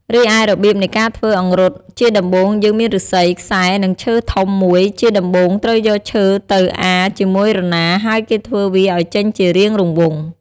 រីឯរប្រៀបនៃការធ្វើអង្រុតជាដំបូងយើងមានឫស្សីំ ខ្សែ និងឈើធំមួយជាដំបូងត្រូវយកឈើទៅអាជាមួយរណាហើយគេធ្វើវាឲ្យចេញជារាងរង្វង់។